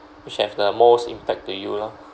which have the most impact to you lor